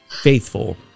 faithful